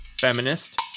feminist